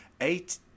eight